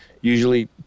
usually